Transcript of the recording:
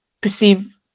perceive